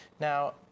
Now